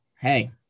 hey